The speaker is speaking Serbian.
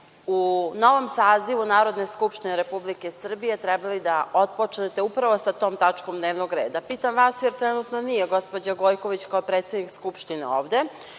u novom sazivu Narodne skupštine Republike Srbije trebali da otpočnete sa tom tačkom dnevnog reda. Pitam vas, jer trenutno nije gospođa Gojković, kao predsednik Skupštine, ovde.